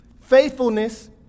faithfulness